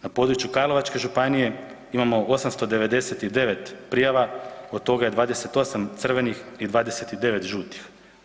Na području Karlovačke županije imamo 899 prijava, od toga je 28 crvenih i 29 žutih.